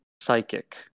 psychic